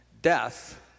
Death